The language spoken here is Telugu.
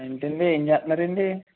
ఏంటండి ఏం చేస్తున్నారండి